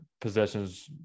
possessions